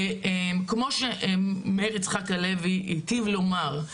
כמו שמאיר יצחק הלוי הטיב לומר,